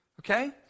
Okay